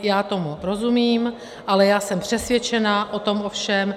Já tomu rozumím, ale já jsem přesvědčena o tom o všem.